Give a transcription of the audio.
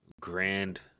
grand